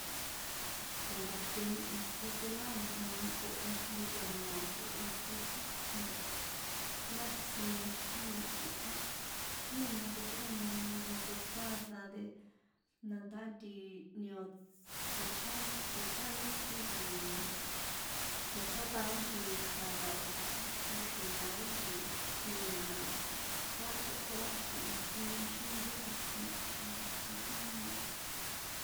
Tse̱nkaṭeni iso cilantro na ko ijnko to̱noa̱ ko iso xíjnta ndá xi siniexíni xi̱ki̱hón jína tsichꞌénani jnko tostáda de na nta nti ni o̱ tsochján tsochjánki nti tsochjátaon nchitja la o̱ tsochjáxin xia̱ ri nti nio na ndá tsakókoa xi̱kihi siniexíni ri nda̱jna a kja̱xin jína.